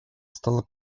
стало